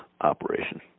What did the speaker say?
operation